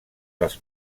dels